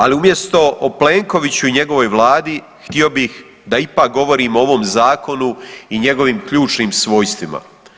Ali umjesto o Plenkoviću i njegovoj vladi htio bih da ipak govorim o ovom zakonu i njegovim ključnim svojstvima.